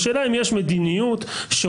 השאלה אם יש מדיניות שאומרת,